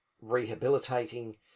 rehabilitating